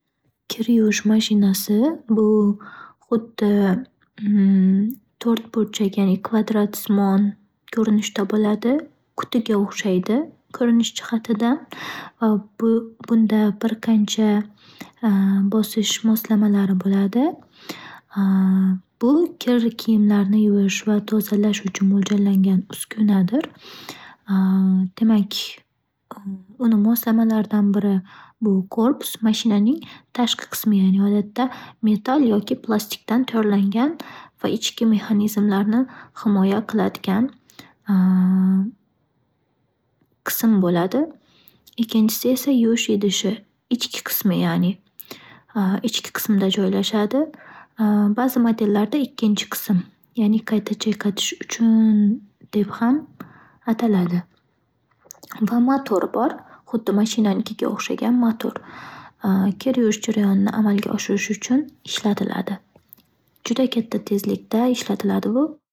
Kir yuvish mashinasi bu - xuddi to'rtburchak ya'ni kvadratsimon ko'rinishda bo'ladi, qutiga o'xshaydi ko'rinish jihatidan va bunda bir qancha bosish moslamalari bo'ladi. Bu kir kiyimlarni yuvish va tozalash uchun mo'ljallangan uskunadir. Demak, uni moslamalaridan biri bu - korpus. Bu mashinaning tashqi qismi odatda metal yoki plastikdan tayyorlangan va ichki mexanizmlarni himoya qiladigan qism bo'ladi. Ikkinchisi esa - yuvish idishi - ichki qismi, ya'ni ichki qismda joylashadi ba'zi modellarda ikkinchi qism, ya'ni qayta chayqatish uchun deb ham ataladi. Va motor bor - xuddi mashinanikiga o'xshagan motor. Kir yuvish jarayonini amalga oshirish uchun ishlatiladi. Juda katta tezlikda ishlatiladi bu.